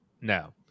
no